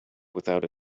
without